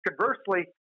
conversely